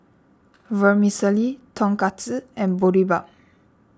Vermicelli Tonkatsu and Boribap